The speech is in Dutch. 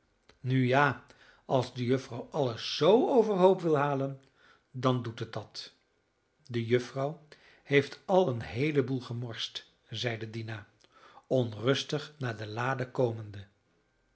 nu ja als de juffrouw alles zoo overhoop wil halen dan doet het dat de juffrouw heeft al een heelen boel gemorst zeide dina onrustig naar de lade komende